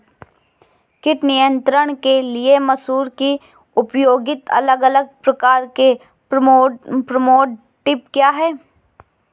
कीट नियंत्रण के लिए मसूर में प्रयुक्त अलग अलग प्रकार के फेरोमोन ट्रैप क्या है?